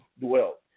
dwelt